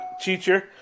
teacher